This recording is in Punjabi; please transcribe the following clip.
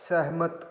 ਸਹਿਮਤ